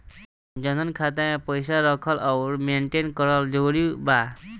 जनधन खाता मे पईसा रखल आउर मेंटेन करल जरूरी बा?